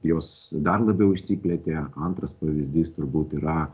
jos dar labiau išsiplėtė antras pavyzdys turbūt yra